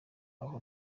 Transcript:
aha